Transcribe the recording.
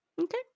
Okay